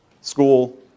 school